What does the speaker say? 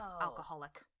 alcoholic